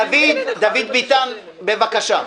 דוד ביטן, בבקשה.